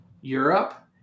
Europe